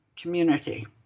community